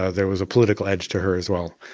ah there was a political edge to her as well.